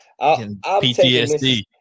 PTSD